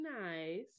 nice